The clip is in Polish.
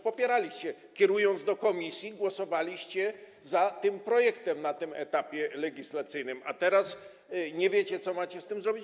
Popieraliście, kierując do komisji, głosowaliście za tym projektem na tym etapie legislacyjnym, a teraz nie wiecie, co macie z tym zrobić.